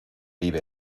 vive